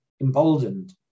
emboldened